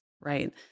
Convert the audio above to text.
right